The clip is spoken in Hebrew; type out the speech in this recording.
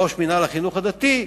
ראש מינהל החינוך הדתי,